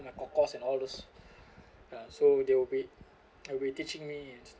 and my kor kor and all those uh so they will be they will be teaching me